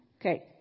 Okay